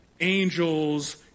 angels